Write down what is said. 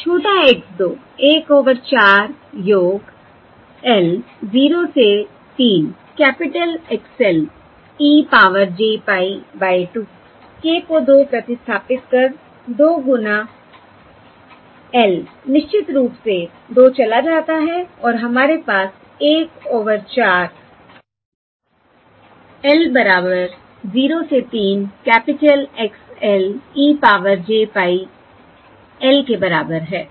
छोटा x 2 1 over 4 योग l 0 से 3 capital X l e power j pie by 2 k को 2 प्रतिस्थापित कर 2 गुना l निश्चित रूप से 2 चला जाता है और हमारे पास 1 ओवर 4 l बराबर 0 से 3 capital X l e power j pie l के बराबर है